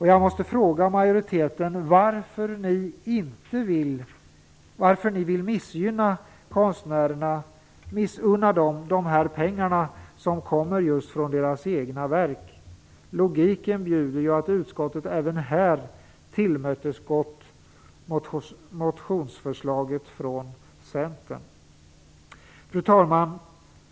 Jag måste fråga majoriteten varför ni vill missunna konstnärerna de pengar som kommer från deras egna verk. Logiken hade bjudit att utskottet även här tillmötesgått motionsförslaget från Centern. Fru talman!